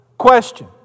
Question